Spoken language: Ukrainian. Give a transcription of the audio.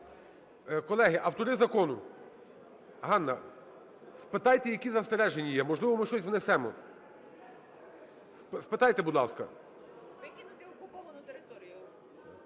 Колеги, автори закону, Ганна, спитайте, які застереження є? Можливо, ми щось внесемо. Спитайте, будь ласка. Отже, колеги, не виходіть